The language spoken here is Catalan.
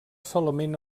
solament